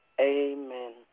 Amen